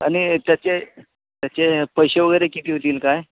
आणि त्याचे त्याचे पैसे वगैरे किती होतील काय